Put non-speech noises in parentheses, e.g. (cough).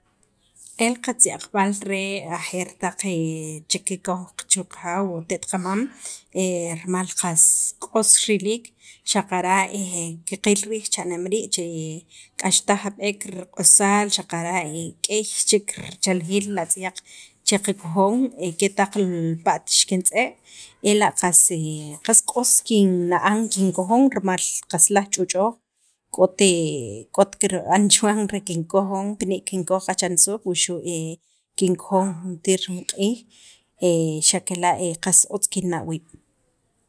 El qatz'yaqb'al re ajeer taq (hesitation) chi kikoj chu qajaw o qate't qamam (hesitation) rimal qas q'os riliik, xaqara' qaqil riij cha'nem rii' k'axtaj jab'ek riq'osaal xaqara' k'ey chek riliik li atz'yaq che qakojon ke' taq l pa't rixiken tz'e' ela' qas q'os kinna'an kinkojon rimal qas laj ch'u'ch'oj k'or (hesitation) k'ot kirb'an chuwan pina' kinkoj qaj che nisook wuxu' (hesitation) kinkojon juntir jun q'iij xa' kela' qas otz kinna' wiib'.